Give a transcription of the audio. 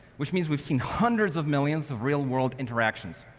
which means we've seen hundreds of millions of real world interactions.